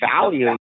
value